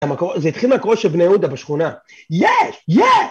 זה התחיל מהקריאות של בני יהודה בשכונה. יש! יש!